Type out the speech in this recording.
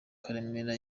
karemera